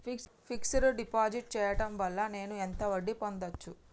Fix డ్ deposit చేయటం వల్ల నేను ఎంత వడ్డీ పొందచ్చు?